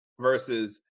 versus